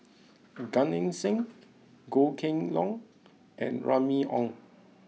Gan Eng Seng Goh Kheng Long and Remy Ong